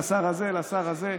מהשר הזה לשר הזה.